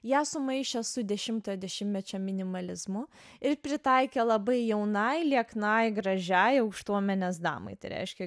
ją sumaišė su dešimtojo dešimtmečio minimalizmo ir pritaikė labai jaunai lieknai gražiai aukštuomenės damai tai reiškia